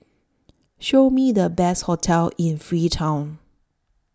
Show Me The Best hotels in Freetown